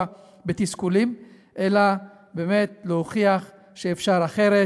בתסכולים אלא באמת להוכיח שאפשר אחרת,